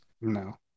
No